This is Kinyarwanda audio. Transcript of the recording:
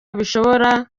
bishobora